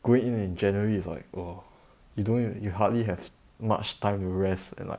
going in in january is like !wah! you don't you hardly have much time to rest and like